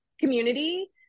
community